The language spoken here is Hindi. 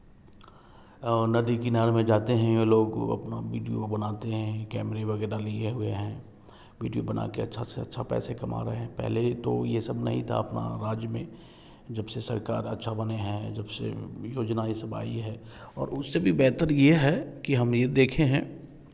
नदी किनारे में जाते हैं वे लोग अपना विडियो बनाते हैं कैमरे वगैरह लिए हुए हैं विडियो बना कर अच्छा से अच्छा पैसा कमा रहे हैं पहले तो यह सब नहीं था अपना राज्य में जब से सरकार अच्छा बने हैं जब से योजनाएँ सब आई हैं और उससे भी बेहतर यह है की हम यह देखे हैं